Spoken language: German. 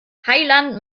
heiland